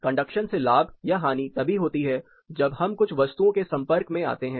conduction से लाभ या हानि तभी होती है जब हम कुछ वस्तुओं के संपर्क में आते हैं